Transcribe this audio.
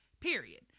Period